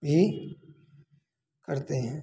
भी करते हैं